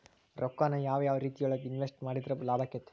ರೊಕ್ಕಾನ ಯಾವ ಯಾವ ರೇತಿಯೊಳಗ ಇನ್ವೆಸ್ಟ್ ಮಾಡಿದ್ರ ಲಾಭಾಕ್ಕೆತಿ?